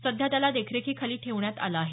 सध्या त्याला देखरेखीखाली ठेवण्यात आलं आहे